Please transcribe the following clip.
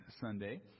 Sunday